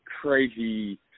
crazy